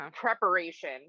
preparation